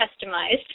customized